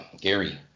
Gary